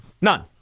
None